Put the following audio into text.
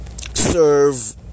serve